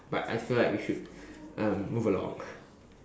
but I feel like we should um move along